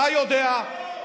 אתה יודע,